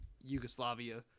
Yugoslavia